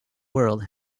world